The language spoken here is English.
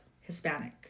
hispanic